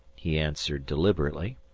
he answered, deliberately.